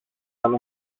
σαν